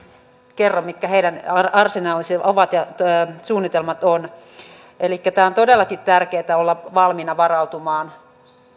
kerro mitkä heidän arsenaalinsa ja suunnitelmansa ovat elikkä on todellakin tärkeätä olla valmiina varautumaan